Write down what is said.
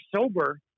sober